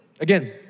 Again